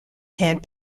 hand